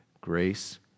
Grace